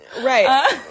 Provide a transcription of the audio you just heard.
Right